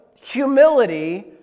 humility